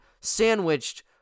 sandwiched